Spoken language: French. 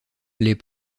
les